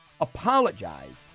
apologize